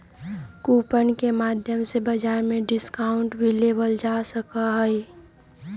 coupon के माध्यम से बाजार में डिस्काउंट भी लेबल जा सका हई